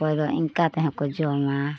ᱚᱠᱚᱭ ᱫᱚ ᱤᱱᱠᱟᱹ ᱛᱮᱦᱚᱸ ᱠᱚ ᱡᱚᱢᱟ